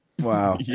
Wow